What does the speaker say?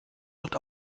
wird